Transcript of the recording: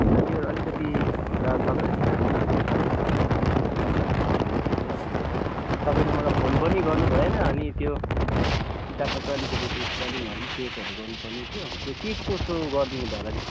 हजुर त्यो अलिकति हुनु त अब तपाईँहरूको काम त त्यो होइन हुनु त कि अब मैले जस्तो लेखेको थिएँ त्यस्तै गर्नुहुन्छ होला तपाईँले मलाई फोन पनि गर्नुभएन अनि त्यो किताबमा चाहिँ अलिकति त्यो स्पेलिङहरू पनि चेकहरू गर्नुपर्ने थियो त्यो के कसो गरिदिनु भयो होला नि